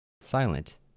Silent